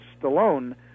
Stallone